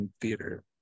theater